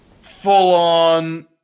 full-on